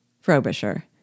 Frobisher